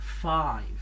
five